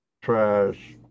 trash